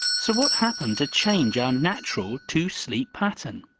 so what happened to change our natural two-sleep pattern?